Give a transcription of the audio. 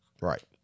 Right